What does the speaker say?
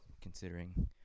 considering